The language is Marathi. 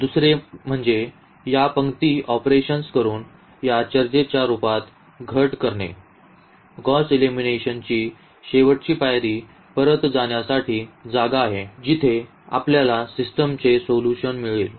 दुसरे म्हणजे या पंक्ती ऑपरेशन्स करून या चर्चेच्या रूपात घट करणे गौस एलिमिनेशनाची शेवटची पायरी परत जाण्याची जागा आहे जिथे आपल्याला सिस्टमचे सोल्यूशन मिळेल